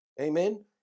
Amen